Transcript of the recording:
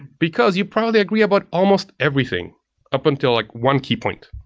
because you probably agree about almost everything up until like one key point.